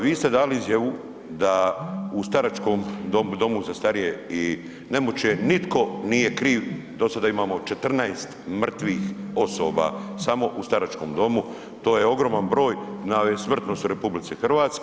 Vi ste dali izjavu da u staračkom domu, domu za starije i nemoćne nitko nije kriv, do sada imamo 14 mrtvih osoba samo u staračkom domu, to je ogroman broj na smrtnosti u RH.